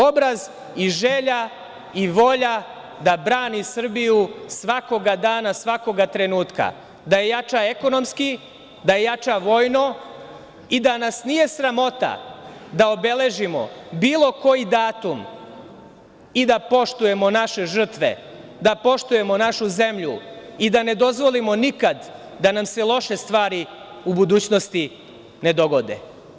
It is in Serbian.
Obraz i želja i volja da brani Srbiju svakoga dana, svakoga trenutka, da je jača ekonomski, da je jača vojno i da nas nije sramota da obeležimo bilo koji datum i da poštujemo naše žrtve, da poštujemo našu zemlju i da ne dozvolimo nikada da se loše stvari u budućnosti ne dogode.